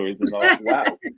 wow